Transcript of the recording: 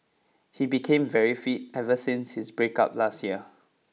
he became very fit ever since his breakup last year